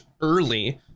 early